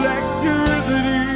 Electricity